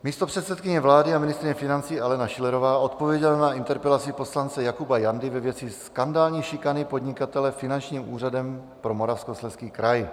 Místopředsedkyně vlády a ministryně financí Alena Schillerová odpověděla na interpelaci poslance Jakuba Jandy ve věci skandální šikany podnikatele finančním úřadem pro Moravskoslezský kraj.